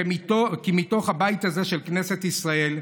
כי מתוך הבית הזה של כנסת ישראל אסייע,